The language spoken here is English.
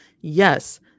Yes